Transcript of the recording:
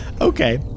Okay